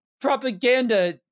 propaganda